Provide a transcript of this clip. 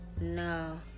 No